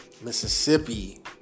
Mississippi